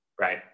Right